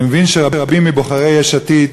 אני מבין שרבים מבוחרי יש עתיד,